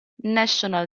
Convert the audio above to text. national